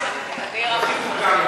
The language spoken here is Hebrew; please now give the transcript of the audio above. אני הרמתי עוד לפני השאילתה.